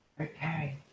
Okay